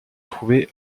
trouvée